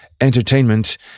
entertainment